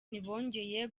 ntibongeye